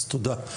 אז תודה.